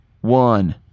one